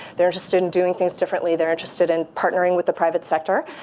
they're interested in doing things differently. they're interested in partnering with the private sector.